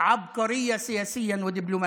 הסכם חשוב, צעד גאוני מבחינה מדינית ודיפלומטית,